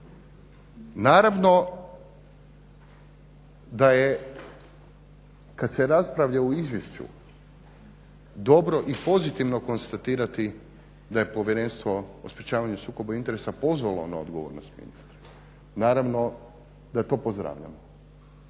naravno da je kad se raspravlja o izvješću dobro i pozitivno konstatirati da je Povjerenstvo o sprječavanju sukoba interesa pozvalo na odgovornost ministra, naravno da to pozdravljam.